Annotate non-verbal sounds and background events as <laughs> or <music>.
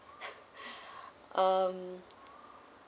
<laughs> um